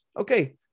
Okay